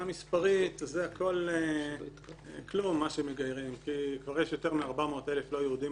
מספרית זה הכל כלום מה שמגיירים כי כבר יש למעלה מ-400,000 לא יהודים